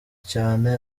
cyane